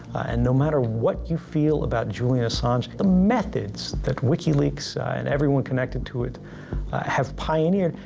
and no matter what you feel about julian assange, the methods that wikileaks and everyone connected to it have pioneered,